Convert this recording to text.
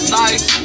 nice